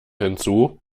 hinzu